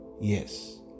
yes